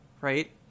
right